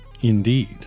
indeed